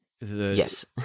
Yes